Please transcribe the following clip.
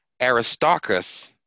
Aristarchus